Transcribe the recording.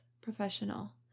professional